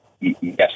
yes